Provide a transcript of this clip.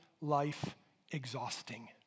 life-exhausting